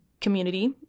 community